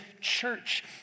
church